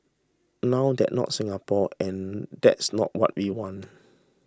now that not Singapore and that's not what we want